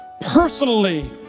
personally